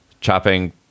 chopping